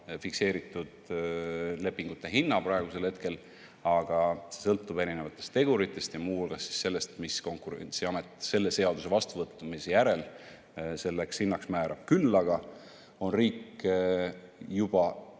fikseeritud lepingute hinna, aga see sõltub erinevatest teguritest ja muu hulgas sellest, mis Konkurentsiamet selle seaduse vastuvõtmise järel selleks hinnaks määrab. Küll aga on koalitsioon juba